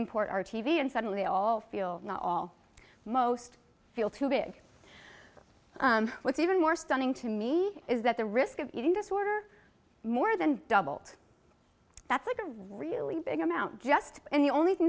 import our t v and suddenly all feel not all most feel too big what's even more stunning to me is that the risk of eating disorder more than double that's like a really big amount just and the only thing